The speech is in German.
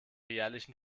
jährlichen